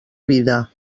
vida